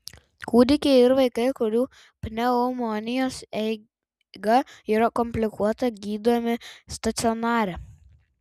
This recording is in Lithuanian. kūdikiai ir vaikai kurių pneumonijos eiga yra komplikuota gydomi stacionare